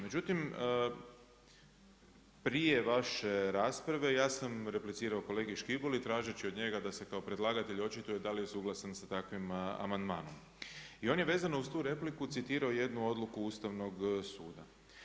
Međutim prije vaše rasprave ja sam replicirao kolegi Škiboli tražeći od njega da se kao predlagatelj očituje da li je suglasan sa takvim amandmanom i on je vezano uz tu repliku citirao jednu odluku Ustavnog suda.